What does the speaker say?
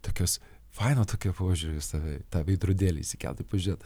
tokios faino tokio požiūrio į save tą veidrodėlį įsikelti pažiūrėti